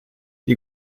die